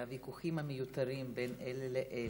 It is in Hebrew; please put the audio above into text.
והוויכוחים המיותרים בין אלה לאלה,